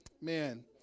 Man